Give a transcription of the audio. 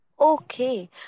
Okay